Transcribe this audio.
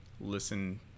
listen